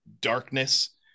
darkness